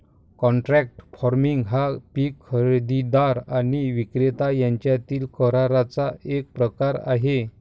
contract farming हा पीक खरेदीदार आणि विक्रेता यांच्यातील कराराचा एक प्रकार आहे